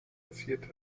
passiert